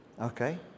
Okay